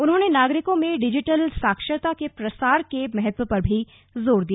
उन्होंने नागरिकों में डिजिटल साक्षरता के प्रसार के महत्व पर भी जोर दिया